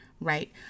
right